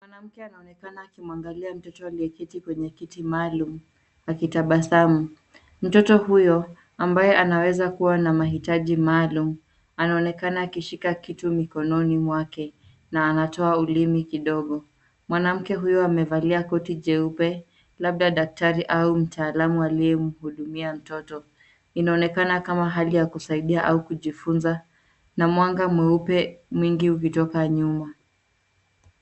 Mwanamke anaonekana akimwangalia mtoto aliyeketi kwenye kiti maalum akitabasamu. Mtoto huyo ambaye anaweza kuwa na mahitaji maalum anaonekana akishika kitu mikononi mwake na anatoa ulimi kidogo. Mwanamke huyo amevalia koti jeupe labda daktari au mtaalum aliyemhudumia mtoto. Inaonekana kama hali ya kusaidia au kujifunza na mwanga mweupe mwingi ukitoka nyuma.